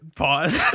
pause